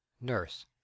NURSE